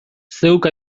zeuk